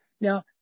Now